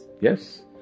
Yes